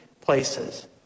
places